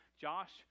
Josh